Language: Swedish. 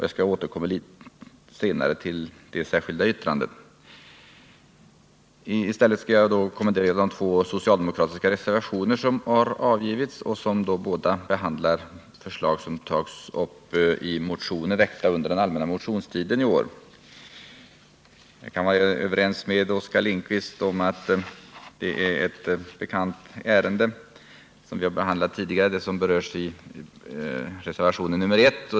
Jag återkommer senare till detta särskilda yttrande och skall nu kommentera de två socialdemokratiska reservationer som har avgivits och som båda behandlar förslag i motioner väckta under den allmänna motionstiden i år. Jag kan vara överens med Oskar Lindkvist om att det som behandlas i reservationen 1 är ett bekant ärende, som vi har behandlat tidigare.